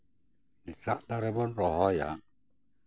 ᱦᱮᱸᱥᱟᱜ ᱫᱟᱨᱮ ᱵᱚᱱ ᱨᱚᱦᱚᱭᱟ